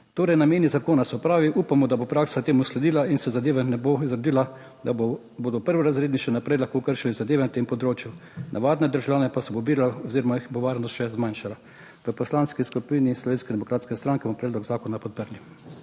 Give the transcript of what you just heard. Torej, nameni zakona so, pravi, upamo, da bo praksa temu sledila in se zadeva ne bo izrodila, da bodo prvorazredni še naprej lahko kršili zadeve na tem področju, navadne državljane pa se bo videlo oziroma jih bo varnost še zmanjšala. V Poslanski skupini Slovenske demokratske